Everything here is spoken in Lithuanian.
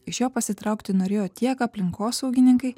iš jo pasitraukti norėjo tiek aplinkosaugininkai